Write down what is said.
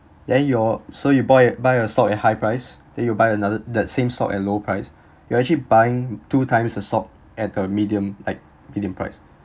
then your so you buy buy a stock at high price then you buy another that same stock at low price you're actually buying two times the stock at a medium like medium price